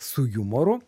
su jumoru